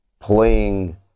playing